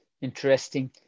interesting